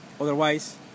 Otherwise